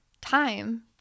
time